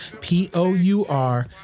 P-O-U-R